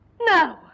No